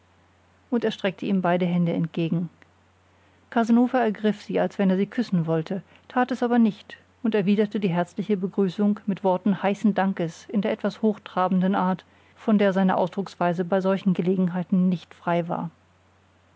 und er streckte ihm beide hände entgegen casanova ergriff sie als wenn er sie küssen wollte tat es aber nicht und erwiderte die herzliche begrüßung mit worten heißen dankes in der etwas hochtrabenden art von der seine ausdrucksweise bei solchen gelegenheiten nicht frei war